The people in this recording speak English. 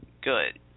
good